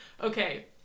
Okay